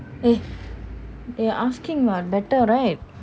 if you're asking what better right